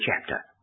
chapter